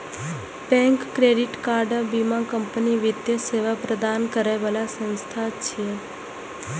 bank, credit card आ बीमा company वित्तीय सेवा प्रदान करै बला संस्थान छियै